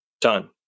done